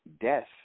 death